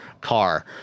car